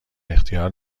اختیار